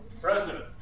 President